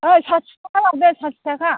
ओइ साथि थाखा लादो साथि थाखा